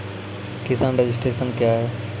किसान रजिस्ट्रेशन क्या हैं?